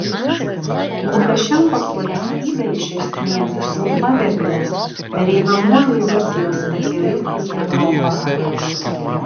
lukašenkos valstybę iš esmės jau pavertė pereinamuoju rusijos takeliu į europą